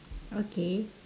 okay